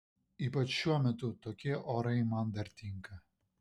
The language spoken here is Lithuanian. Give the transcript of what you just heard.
ypač šiuo metu tokie orai man dar tinka